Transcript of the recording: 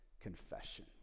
confession